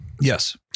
Yes